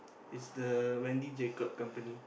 it's the Wendy Jacob company